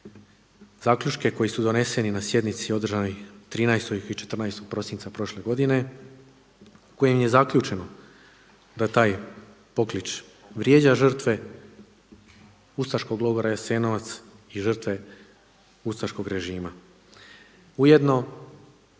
zaključke koji su doneseni na sjednici održanoj 13. i 14. prosinca prošle godine, kojim je zaključeno da taj poklič vrijeđa žrtve ustaškog logora Jasenovac i žrtve ustaškog režima.